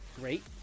Great